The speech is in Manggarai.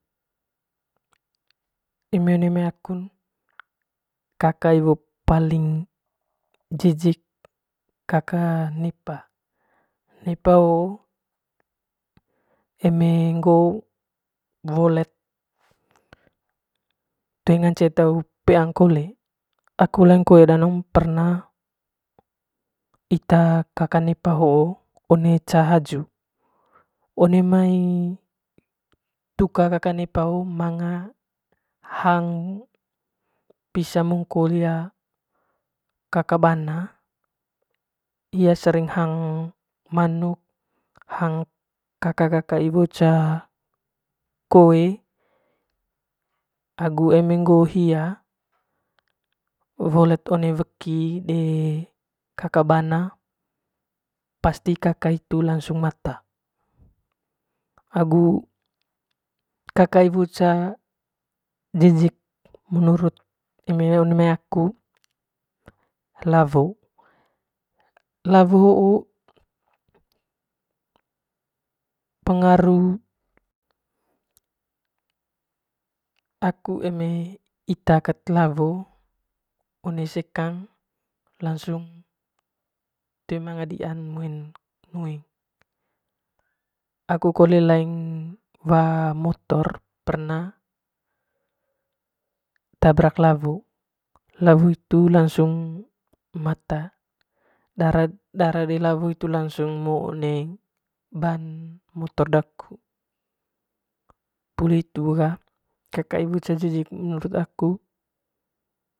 eme one mai akun kaka iwo paling wijik kaka nepa, nepa hoo eme ngoo wolet toe ngance na peang kole aku leng koe danong perna ita kaka nepa hoo one ca haju one mai tuka kaka nepa hoo manga hang pisa mongko hia kaka bana hia cering hang manuk kaka kaka iwo ca koe agu eme ngoo hia weolet one weki de kaka bana pasti kaka hitu langsung mata agu kaka iwo ca jijik menurut aku eme one mai aku lawo lao hoo pengaru aku eme ita kat lawo one sekang lansung toe ma dian muing nging aku kole wa motor perna tabrak lawo lawo hitu jansung mata dara de lawo hitu langsung ngo one ban motor daku poli hitu ga kaka iwo ce jijik menurut aku.